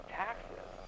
taxes